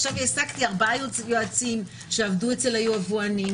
עכשיו העסקתי ארבעה יועצים שעבדו אצל היבואנים.